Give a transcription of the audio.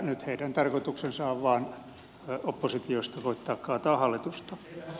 nyt heidän tarkoituksensa on vain oppositiosta koettaa kaataa hallitusta